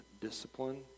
discipline